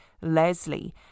Leslie